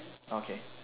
okay